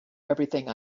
everything